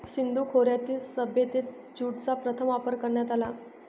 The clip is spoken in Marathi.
सिंधू खोऱ्यातील सभ्यतेत ज्यूटचा प्रथम वापर करण्यात आला